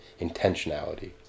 intentionality